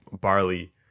barley